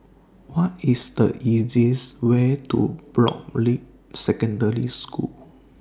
What IS The easiest Way to Broadrick Secondary School